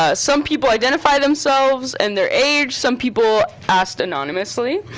ah some people identify themselves and their age. some people asked anonymously.